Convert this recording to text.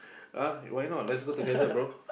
!huh! why not let's go together bro